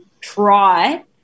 try